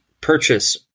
purchase